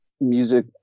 music